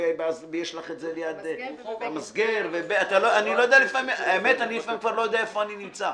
ברחוב המסגר - האמת, אני לא יודע איפה אני נמצא.